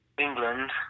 England